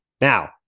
Now